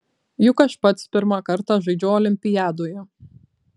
juk aš pats pirmą kartą žaidžiu olimpiadoje